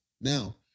Now